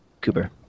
Cooper